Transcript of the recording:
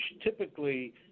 typically